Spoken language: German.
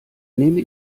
nehme